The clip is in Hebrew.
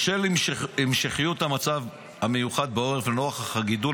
בשל הימשכות המצב המיוחד בעורף ולנוכח הגידול